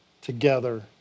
together